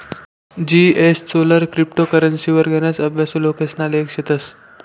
जीएसचोलर क्रिप्टो करेंसीवर गनच अभ्यासु लोकेसना लेख शेतस